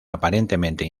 aparentemente